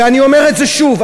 ואני אומר את זה שוב,